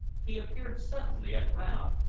he appeared suddenly at rannoch,